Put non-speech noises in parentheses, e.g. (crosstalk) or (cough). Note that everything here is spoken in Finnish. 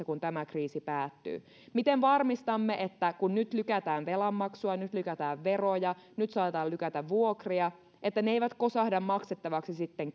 (unintelligible) kun tämä kriisi päättyy ja miten varmistamme että kun nyt lykätään velanmaksua nyt lykätään veroja nyt saatetaan lykätä vuokria niin ne eivät kosahda maksettavaksi sitten (unintelligible)